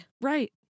Right